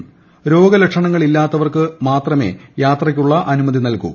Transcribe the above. അ്രോഗ്ലക്ഷണങ്ങളി ല്ലാത്തവർക്കു മാത്രമേ യാത്രയ്ക്കുള്ള അനുമതി നൽകൂ